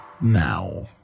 now